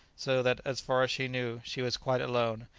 so that, as far as she knew, she was quite alone,